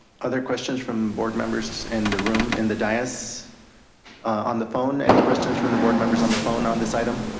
other questions from board members in the room in the dyess on the phone. any questions from the board members on the phone on this item?